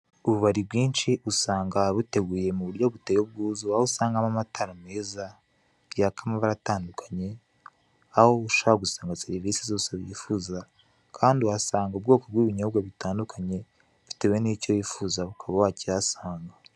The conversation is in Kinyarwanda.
Ububari bwinshi usanga buteguye mu buryo buteye ubwuzu aho usangamo amatara meza yaka amabara atandukanye aho ushobora gusanga serivise zose wifuza kandi uhasanga ubwoko bw'ibinyobwa butandukanye bitewe nicyo wifuza ukaba wakihasanga.